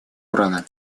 урана